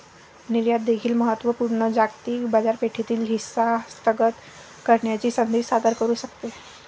निर्यात देखील महत्त्व पूर्ण जागतिक बाजारपेठेतील हिस्सा हस्तगत करण्याची संधी सादर करू शकते